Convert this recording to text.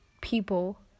people